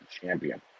Champion